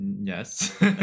yes